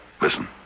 listen